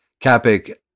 Capic